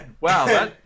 wow